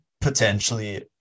potentially